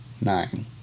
nine